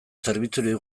zerbitzurik